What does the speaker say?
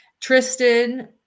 Tristan